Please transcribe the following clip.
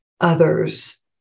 others